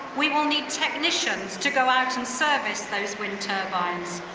we will need technicians to go out and service those wind turbines.